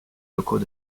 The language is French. locaux